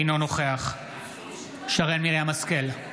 אינו נוכח שרן מרים השכל,